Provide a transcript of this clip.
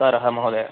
कारः महोदय वदतु